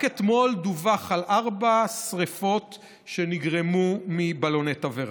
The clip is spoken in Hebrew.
רק אתמול דווח על ארבע שרפות שנגרמו מבלוני תבערה.